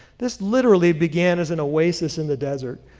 this literally began as an oasis in the dessert,